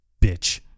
bitch